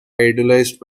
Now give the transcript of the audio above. idolized